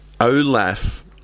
Olaf